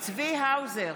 צבי האוזר,